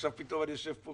עכשיו אני יושב פה,